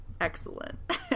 excellent